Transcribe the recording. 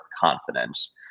confidence